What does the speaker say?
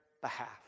behalf